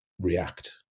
react